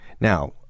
now